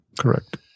correct